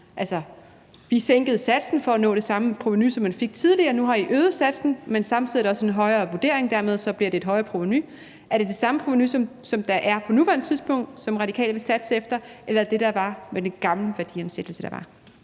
Altså, vi sænkede satsen for at nå det samme provenu, som man fik tidligere. Nu har I øget satsen, men samtidig er det også en højere vurdering, og dermed bliver det et højere provenu. Er det det samme provenu som det, der er på nuværende tidspunkt, Radikale vil satse på, eller er det det, der var med den gamle værdiansættelse, der var?